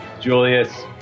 Julius